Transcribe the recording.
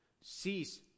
Cease